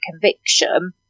conviction